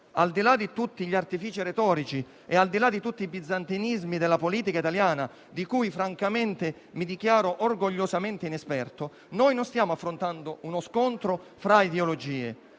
Al di là di tutti gli artifici retorici e di tutti i bizantinismi della politica italiana, di cui francamente mi dichiaro orgogliosamente inesperto, noi non stiamo affrontando uno scontro fra ideologie.